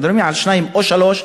מדברים על שניים או שלושה,